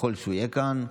ככל שהוא יהיה כאן.